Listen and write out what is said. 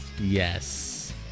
Yes